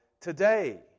today